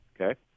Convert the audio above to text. Okay